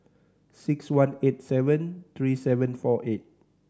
six one eight seven three seven four eight